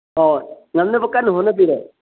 ꯍꯣꯏ ꯉꯝꯅꯕ ꯀꯟꯅ ꯍꯣꯠꯅꯕꯤꯔꯣ